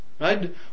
right